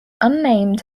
unnamed